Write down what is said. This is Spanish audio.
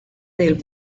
del